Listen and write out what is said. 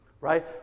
right